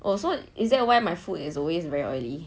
oh so is that why my food is always very oily